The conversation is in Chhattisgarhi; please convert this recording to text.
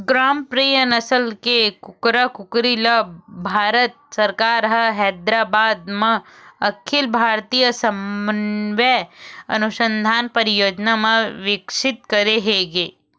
ग्रामप्रिया नसल के कुकरा कुकरी ल भारत सरकार ह हैदराबाद म अखिल भारतीय समन्वय अनुसंधान परियोजना म बिकसित करे गे हे